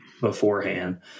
beforehand